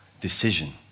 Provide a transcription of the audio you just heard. decision